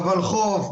בולחו"ף,